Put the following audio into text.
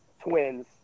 Twins